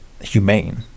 humane